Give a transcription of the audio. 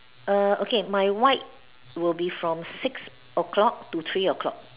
err okay my white will be from six o-clock to three o-clock